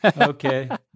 Okay